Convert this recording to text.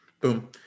Boom